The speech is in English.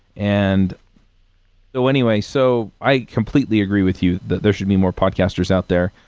and so anyway. so, i completely agree with you that there should be more podcasters out there.